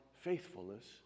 faithfulness